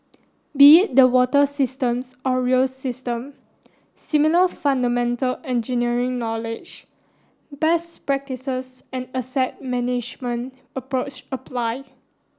be it the water systems or rail system similar fundamental engineering knowledge best practices and asset management approach apply